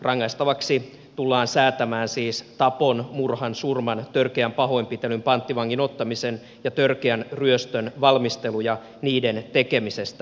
rangaistavaksi tullaan säätämään siis tapon murhan surman törkeän pahoinpitelyn panttivangin ottamisen ja törkeän ryöstön valmistelu ja niiden tekemisestä sopiminen